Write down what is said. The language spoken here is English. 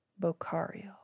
bocario